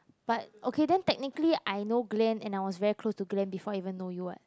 but okay then technically I know Glen and I was very close to Glen before even know you [what]